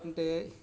అంటే